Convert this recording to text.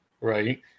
right